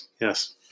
Yes